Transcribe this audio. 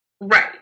Right